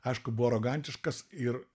aišku buvo arogantiškas ir